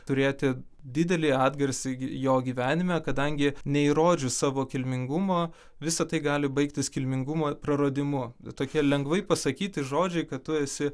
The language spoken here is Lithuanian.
turėti didelį atgarsį jo gyvenime kadangi neįrodžius savo kilmingumo visa tai gali baigtis kilmingumo praradimu tokie lengvai pasakyti žodžiai kad tu esi